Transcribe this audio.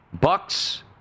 Bucks